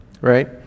right